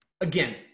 again